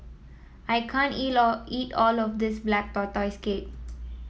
I can't eat eat all of this Black Tortoise Cake